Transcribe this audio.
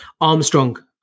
Armstrong